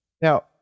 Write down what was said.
Now